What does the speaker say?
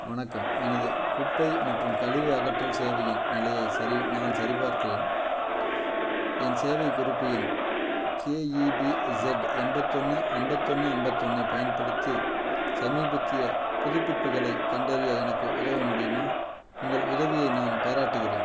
வணக்கம் எனது குப்பை மற்றும் கழிவு அகற்றல் சேவையின் நிலையை சரி நான் சரிபார்க்கிறேன் என் சேவை குறிப்பு எண் கேஇபிஇஸெட் எம்பத்தொன்று ஐம்பத்தொன்னு ஐம்பத்தொன்னைப் பயன்படுத்தி சமீபத்திய புதுப்பிப்புகளைக் கண்டறிய எனக்கு உதவ முடியுமா உங்கள் உதவியை நான் பாராட்டுகிறேன்